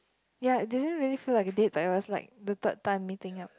ya did you really feel like a date but it was like the third time meeting up